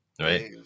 right